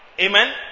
Amen